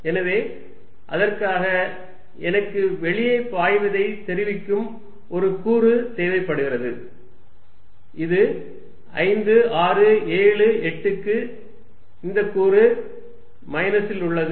எனவே அதற்காக எனக்கு வெளியே பாய்வதை தெரிவிக்கும் ஒரு கூறு தேவைப்படுகிறது இது 5 6 7 8 க்கு இந்தக் கூறு மைனஸ் இல் உள்ளது